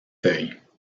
feuilles